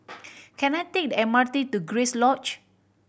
can I take the M R T to Grace Lodge